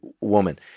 woman